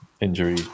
injury